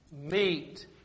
meet